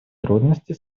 трудности